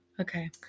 Okay